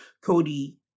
Cody